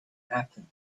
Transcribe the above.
happen